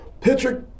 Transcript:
Patrick